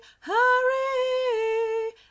hurry